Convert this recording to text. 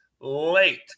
late